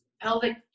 pelvic